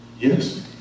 Yes